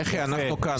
לכי, אנחנו כאן.